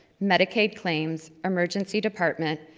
medicaid claims, emergency department,